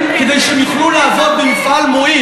ב"טבע"?